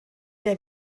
der